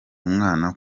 umwana